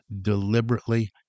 deliberately